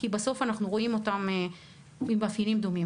כי בסוף אנחנו רואים אותם עם מאפיינים דומים,